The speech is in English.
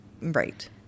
Right